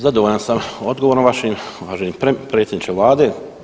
Zadovoljan sam odgovorom vašim uvaženi predsjedniče vlade.